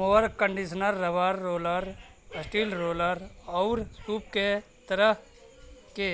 mower conditioner rubber roller, steel roller औउर सूप के तरह के